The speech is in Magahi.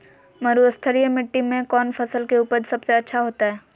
मरुस्थलीय मिट्टी मैं कौन फसल के उपज सबसे अच्छा होतय?